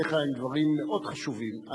דבריך הם דברים מאוד חשובים,